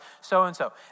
so-and-so